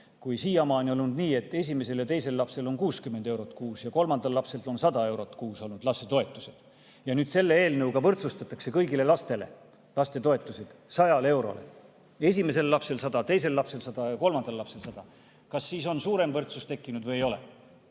Kui siiamaani on olnud nii, et esimesel ja teisel lapsel on 60 eurot kuus ja kolmandal lapsel 100 eurot kuus lastetoetused, ja nüüd selle eelnõuga võrdsustatakse kõigile lastele lastetoetused 100‑eurole – esimesel lapsel 100, teisel lapsel 100 ja kolmandal lapsel 100 –, kas siis on suurem võrdsus tekkinud või ei ole?